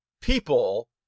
people